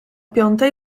piątej